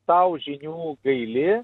sau žinių gaili